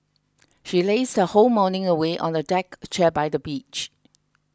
she lazed her whole morning away on a deck chair by the beach